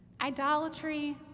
Idolatry